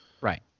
Right